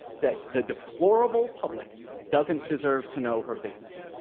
that the deplorable public doesn't deserve to know her business.